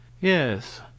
Yes